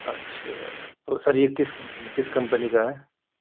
اچھا تو سر یہ کس کمپنی کس کمپنی کا ہے